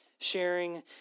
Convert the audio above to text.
sharing